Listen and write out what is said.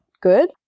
good